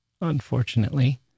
unfortunately